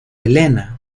elena